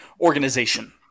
organization